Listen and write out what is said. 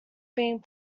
being